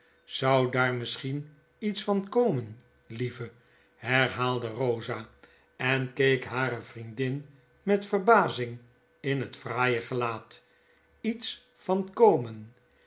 zou daar misschien iets van komen lieve herhaalde rosa en keek hare vriendin met verbazing in het fraaie gelaat iets van komen